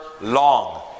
long